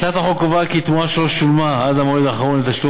הצעת החוק קובעת כי תמורה שלא שולמה עד המועד האחרון לתשלום